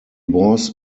was